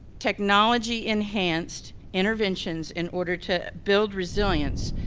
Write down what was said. technology enhanced interventions in order to build resilience,